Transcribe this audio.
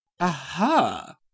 Aha